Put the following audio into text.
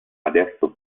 adesso